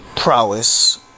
Prowess